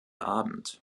abend